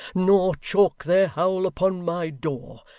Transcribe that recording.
nor chalk their howl upon my door,